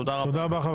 תודה רבה.